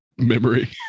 memory